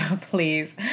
Please